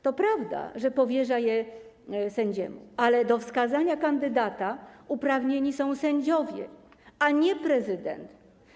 To prawda, że powierza je sędziemu, ale do wskazania kandydata uprawnieni są sędziowie, a nie prezydent.